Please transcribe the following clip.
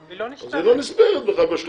אז היא לא נספרת בכלל ב-30.